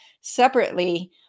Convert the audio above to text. separately